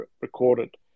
recorded